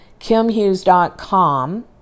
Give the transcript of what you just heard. kimhughes.com